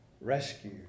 rescue